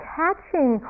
catching